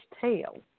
tail